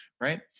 right